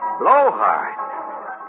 Blowhard